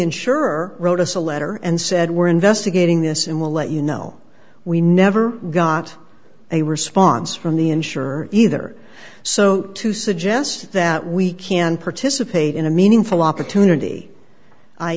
insurer wrote us a letter and said we're investigating this and will let you know we never got a response from the insurer either so to suggest that we can participate in a meaningful opportunity i